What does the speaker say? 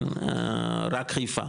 רק חיפה,